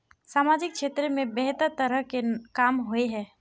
सामाजिक क्षेत्र में बेहतर तरह के काम होय है?